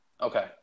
Okay